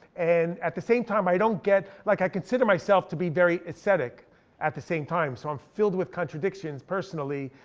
and at the same time i don't get, like i consider myself to be very aesthetic at the same time. so i'm filled with contradictions personally,